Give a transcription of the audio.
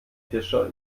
fischer